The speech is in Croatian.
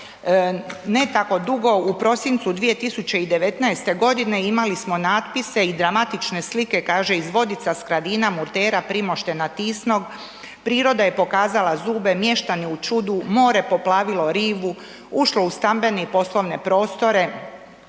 ne tako dugo, u prosincu 2019. g. imali smo natpise i dramatične slike, kaže iz Vodica, Skradina, Murtera, Primoštena, Tisnog, priroda je pokazala zube, mještani u čudu, more poplavilo rivu, ušlo u stambene i poslovne prostore,